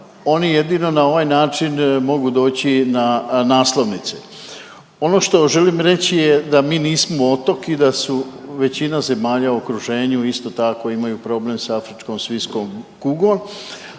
oni jedino na ovaj način mogu doći na naslovnice. Ono što želim reći je da mi nismo otok i da su većina zemalja u okruženju, isto tako, imaju problem s ASK-om, a ono što